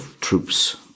troops